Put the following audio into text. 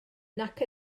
nac